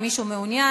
האם מישהו מעוניין?